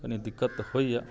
कनि दिक्कत तऽ होइया